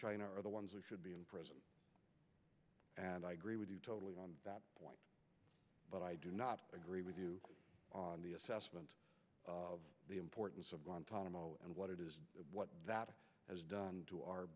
china are the ones who should be in prison and i agree with you totally on that point but i do not agree with you on the assessment of the importance of guantanamo and what it is that has done to our